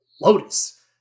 Lotus